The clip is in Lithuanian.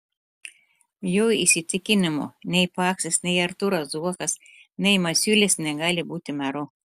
jo įsitikinimu nei paksas nei artūras zuokas nei masiulis negali būti meru